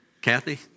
Kathy